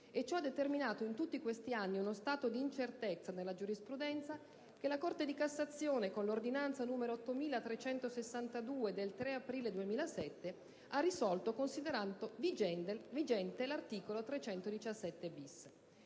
Ciò ha determinato, in tutti questi anni, uno stato di incertezza nella giurisprudenza che la Corte di cassazione, con l'ordinanza n. 8362 del 3 aprile 2007, ha risolto considerando vigente l'articolo 317-*bis*.